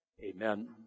Amen